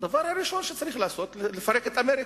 הדבר הראשון שצריך לעשות הוא לפרק את אמריקה,